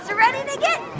so ready to get